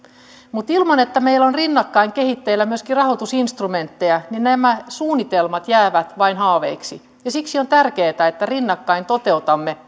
mutta ilman että meillä on rinnakkain kehitteillä myöskin rahoitusinstrumentteja nämä suunnitelmat jäävät vain haaveiksi ja siksi on tärkeätä että rinnakkain toteutamme